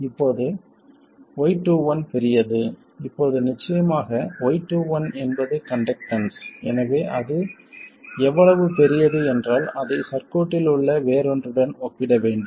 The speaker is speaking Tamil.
இப்போது y21 பெரியது இப்போது நிச்சயமாக y21 என்பது கண்டக்டன்ஸ் எனவே அது எவ்வளவு பெரியது என்றால் அதை சர்க்யூட்டில் உள்ள வேறொன்றுடன் ஒப்பிட வேண்டும்